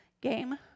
game